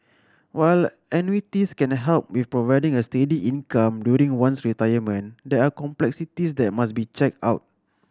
while annuities can help with providing a steady income during one's retirement there are complexities that must be checked